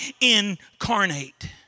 incarnate